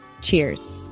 cheers